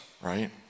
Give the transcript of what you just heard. right